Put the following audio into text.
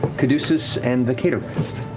caduceus, and the caedogeist.